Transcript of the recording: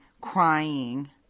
crying